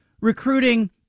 recruiting